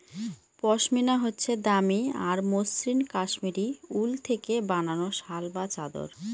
পশমিনা হচ্ছে দামি আর মসৃণ কাশ্মীরি উল থেকে বানানো শাল বা চাদর